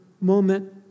moment